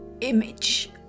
image